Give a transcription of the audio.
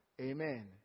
Amen